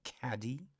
Caddy